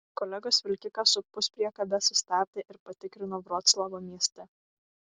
kolegos vilkiką su puspriekabe sustabdė ir patikrino vroclavo mieste